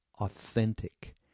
authentic